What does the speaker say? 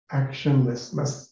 actionlessness